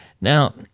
Now